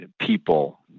people